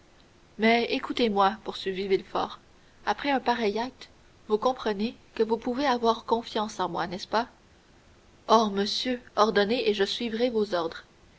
mais écoutez-moi poursuivit villefort après un pareil acte vous comprenez que vous pouvez avoir confiance en moi n'est-ce pas ô monsieur ordonnez et je suivrai vos ordres